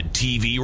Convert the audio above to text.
tv